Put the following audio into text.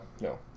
no